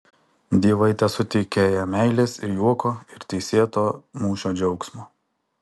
dievai tesuteikia jam meilės ir juoko ir teisėto mūšio džiaugsmo